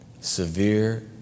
severe